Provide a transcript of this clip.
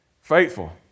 faithful